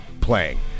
playing